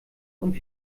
und